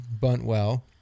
Buntwell